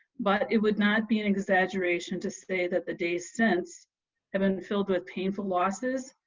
but it would not be an exaggeration to say that the days since have been filled with painful losses,